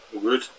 good